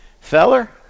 Feller